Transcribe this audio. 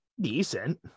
Decent